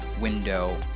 window